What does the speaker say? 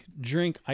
drink